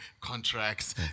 contracts